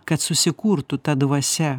kad susikurtų ta dvasia